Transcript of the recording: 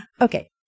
Okay